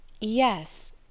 Yes